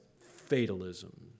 fatalism